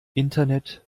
internet